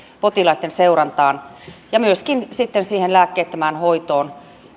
potilaitten seurantaan ja myöskin sitten siihen lääkkeettömään hoitoon